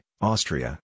Austria